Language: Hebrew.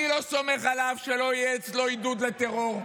אני לא סומך עליו שלא יהיה אצלו עידוד לטרור,